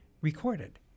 recorded